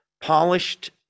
Polished